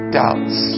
doubts